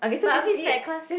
but a bit sad cause